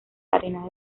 arenas